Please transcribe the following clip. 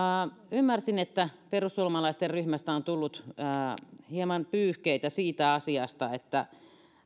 ymmärsin että perussuomalaisten ryhmästä on tullut hieman pyyhkeitä siitä asiasta että